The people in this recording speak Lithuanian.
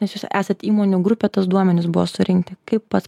nes jūs esat įmonių grupė tuos duomenis buvo surinkti kaip pats